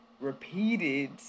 repeated